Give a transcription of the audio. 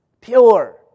pure